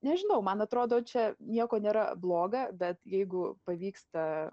nežinau man atrodo čia nieko nėra bloga bet jeigu pavyksta